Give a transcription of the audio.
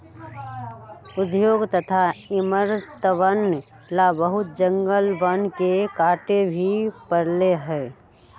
उद्योग तथा इमरतवन ला बहुत जंगलवन के काटे भी पड़ले हल